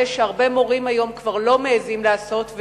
שהרבה מורים היום כבר לא מעזים לעשות,